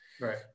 Right